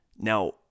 Now